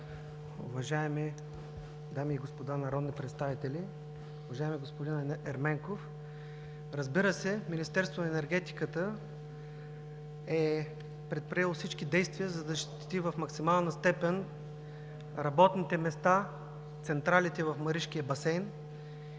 уважаеми дами и господа народни представители! Уважаеми господин Ерменков, разбира се, Министерството на енергетиката е предприело всички действия да защити в максимална степен работните места, централите в Маришкия басейн.